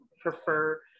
prefer